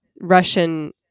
Russian